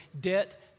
debt